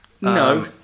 No